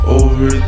over